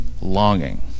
longing